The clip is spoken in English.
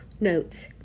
notes